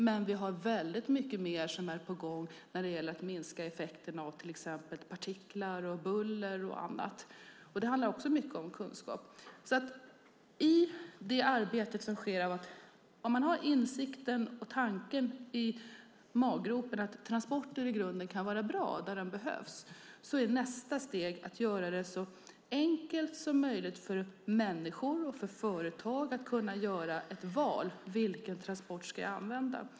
Men vi har väldigt mycket mer som är på gång när det gäller att minska effekterna av till exempel partiklar, buller och annat. Det handlar mycket om kunskap. Om man har insikten och tanken i maggropen att transporter i grunden kan vara bra där de behövs är nästa steg att göra det så enkelt som möjligt för människor och företag att göra ett val av vilken transport som ska användas.